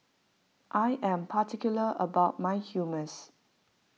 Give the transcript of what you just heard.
I am particular about my Hummus